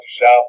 South